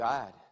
God